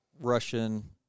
Russian